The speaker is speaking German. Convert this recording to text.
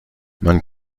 man